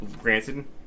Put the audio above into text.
granted